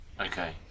Okay